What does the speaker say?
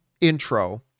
intro